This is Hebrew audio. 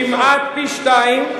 כמעט פי-שניים,